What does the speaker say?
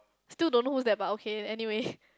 still don't know who is that but okay anyway